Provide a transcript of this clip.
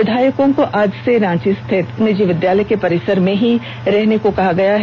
विधायकों को आज से रांची स्थिति निजी विद्यालय के परिसर में रहने के लिए कहा गया है